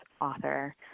author